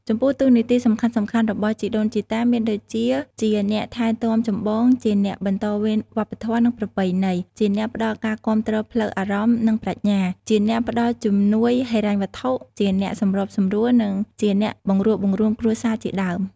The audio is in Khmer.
ចំពោះ តួនាទីសំខាន់ៗរបស់ជីដូនជីតាមានដូចជា ជាអ្នកថែទាំចម្បង ជាអ្នកបន្តវេនវប្បធម៌ និងប្រពៃណី ជាអ្នកផ្តល់ការគាំទ្រផ្លូវអារម្មណ៍ និងប្រាជ្ញា ជាអ្នកផ្តល់ជំនួយហិរញ្ញវត្ថុ ជាអ្នកសម្របសម្រួល និងជាអ្នកបង្រួបបង្រួមគ្រួសារជាដើម។